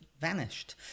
vanished